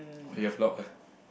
we have a lot of uh